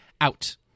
out